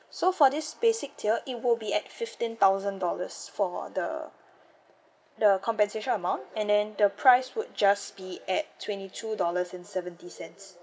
so for this basic tier it will be at fifteen thousand dollars for the the compensation amount and then the price would just be at twenty two dollars and seventy cents